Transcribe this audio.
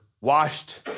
washed